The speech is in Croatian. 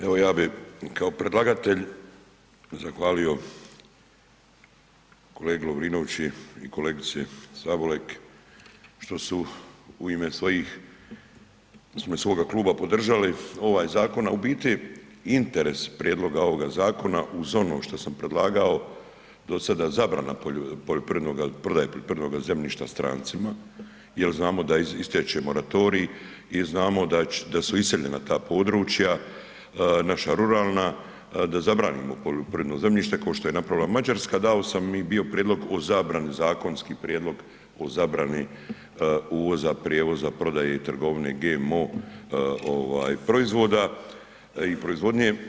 Evo ja bih kao predlagatelj zahvalio kolegi Lovrinović i kolegici Sabolek što su u ime svojih, u ime svog kluba podržali ovaj zakon, a u biti interes prijedloga ovoga zakona, uz ono što sam predlagao do sada, zabrana poljoprivrednoga, prodaje poljoprivrednog zemljišta strancima jer znamo da ističe moratorij i znamo da su iseljena ta područja, naša ruralna, da zabranimo poljoprivredno zemljište, kao što je napravila Mađarska, dao sam i bio prijedlog o zabrani, zakonski prijedlog o zabrani uvoza, prijevoza, prodaje i trgovine GMO proizvoda i proizvodnje.